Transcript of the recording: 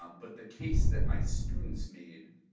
um but the case that my students made,